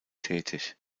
tätig